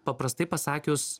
paprastai pasakius